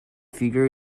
figure